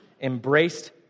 embraced